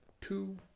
two